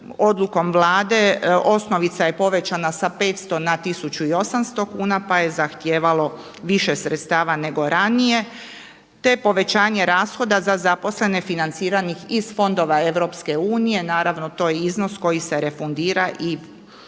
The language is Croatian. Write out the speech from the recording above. odlukom Vlade osnovica je povećana sa 500 na 1.800 kuna pa je zahtijevalo više sredstava nego ranije, te povećanje rashoda za zaposlene financiranih iz fondova EU. Naravno to je iznos koji se refundira i